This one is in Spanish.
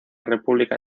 república